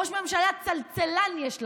ראש ממשלה צלצלן יש לנו,